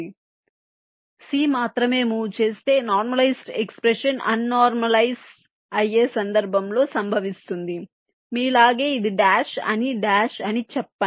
c మాత్రమే move చేస్తే normalised expression un normalise అయ్యే సందర్భంలో సంభవిస్తుంది మీలాగే ఇది డాష్ అని డాష్ అని చెప్పనివ్వండి